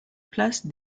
place